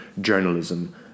journalism